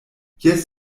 jes